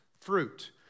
fruit